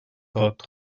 tot